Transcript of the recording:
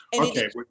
Okay